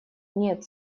нет